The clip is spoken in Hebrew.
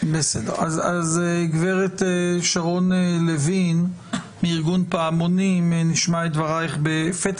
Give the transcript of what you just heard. הדברים יהיה כדלקמן: אם חבר הכנסת סעדי יבקש להתייחס בפתח